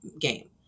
game